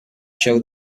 show